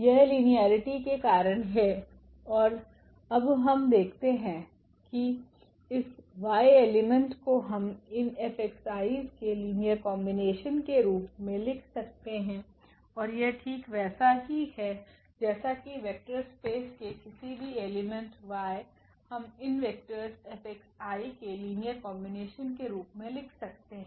यहलीनियरिटी केकारण है और अब हम देखते हैं कि इसyएलिमेंट को हम इन 𝐹𝑥𝑖 's के लिनियर कॉम्बिनेशन के रूप में लिख सकते है और यह ठीक वैसा ही है जैसा कि वेक्टर स्पेस के किसी भी एलिमेंट yहम इन वेक्टरस 𝐹𝑥𝑖 's के लिनियर कॉम्बिनेशन के रूप में लिख सकते हैं